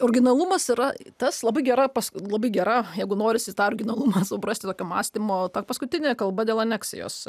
originalumas yra tas labai gera pas labai gera jeigu norisi tą originalumą suprasti tokio mąstymo ta paskutinė kalba dėl aneksijos